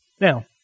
Now